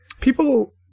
people